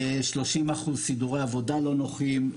30% סידורי עבודה לא נוחים.